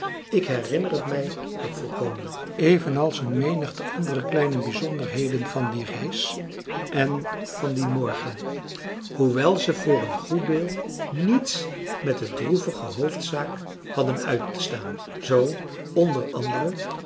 ik herinner het mij nog volkomen evenals een menigte andere kleine bijzonderheden van die reis en van dien morgen hoewel ze voor een goed deel niets met de droevige hoofdzaak hadden uit te staan zoo